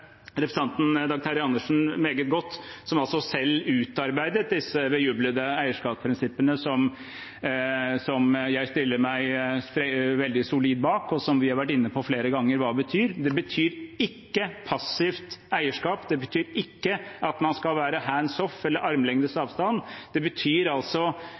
representanten Dag Terje Andersen meget godt, han som altså selv utarbeidet disse bejublede eierskapsprinsippene som jeg stiller meg veldig solid bak, og som vi flere ganger har vært inne på hva betyr. Det betyr ikke passivt eierskap. Det betyr ikke at man skal være «hands off» eller ha armlengdes avstand. Det betyr